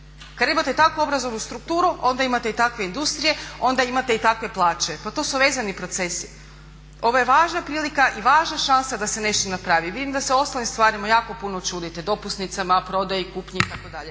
Kada imate tako obrazovnu strukturu onda imate i takve industrije, onda imate i takve plaće, pa to su vezani procesi. Ovo je važna prilika i važna šansa da se nešto napravi. I vidim da se ostalim stvarima jako puno čudite, dopusnicama, prodaji, kupnji i tako dalje.